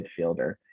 midfielder